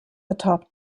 atop